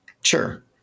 Sure